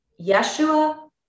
Yeshua